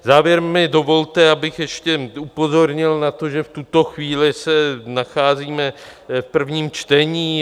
Závěrem mi dovolte, abych ještě upozornil na to, že v tuto chvíli se nacházíme v prvním čtení.